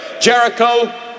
Jericho